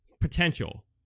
potential